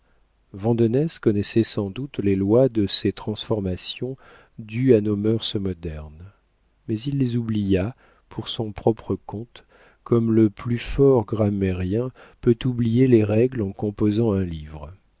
femme vandenesse connaissait sans doute les lois de ces transformations dues à nos mœurs modernes mais il les oublia pour son propre compte comme le plus fort grammairien peut oublier les règles en composant un livre